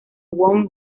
one